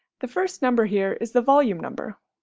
the first number here is the volume number,